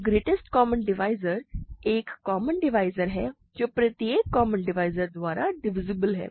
तो greatest common divisor एक common divisor है जो प्रत्येक कॉमन डिवाइज़र द्वारा डिविसिबल है